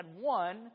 one